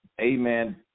Amen